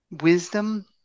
wisdom